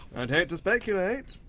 i'd hate to speculate.